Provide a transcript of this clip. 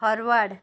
forward